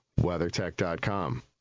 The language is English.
WeatherTech.com